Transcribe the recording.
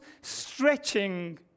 stretching